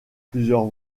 plusieurs